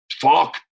Fuck